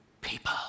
people